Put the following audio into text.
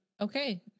okay